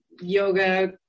yoga